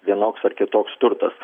vienoks ar kitoks turtas